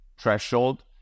threshold